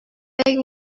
فکر